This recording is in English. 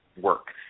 work